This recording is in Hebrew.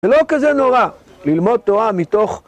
זה לא כזה נורא, ללמוד תורה מתוך...